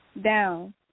down